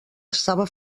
estava